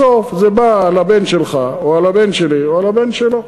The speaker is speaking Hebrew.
בסוף זה בא על הבן שלך או על הבן שלי או על הבן שלו.